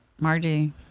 Margie